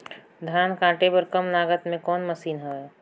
धान काटे बर कम लागत मे कौन मशीन हवय?